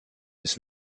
his